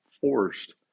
forced